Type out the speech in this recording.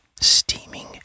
steaming